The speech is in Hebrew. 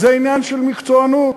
זה עניין של מקצוענות.